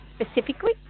specifically